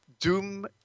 Doom